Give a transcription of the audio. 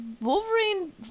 Wolverine